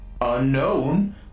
unknown